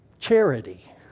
Charity